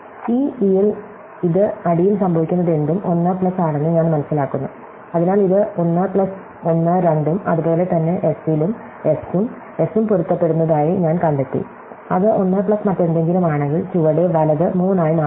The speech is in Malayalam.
ഈ e യിൽ ഇത് അടിയിൽ സംഭവിക്കുന്നതെന്തും 1 പ്ലസ് ആണെന്ന് ഞാൻ മനസ്സിലാക്കുന്നു അതിനാൽ ഇത് 1 പ്ലസ് 1 2 ഉം അതുപോലെ തന്നെ s ലും s ഉം s ഉം പൊരുത്തപ്പെടുന്നതായി ഞാൻ കണ്ടെത്തി അത് 1 പ്ലസ് മറ്റെന്തെങ്കിലും ആണെങ്കിൽ ചുവടെ വലത് 3 ആയി മാറുന്നു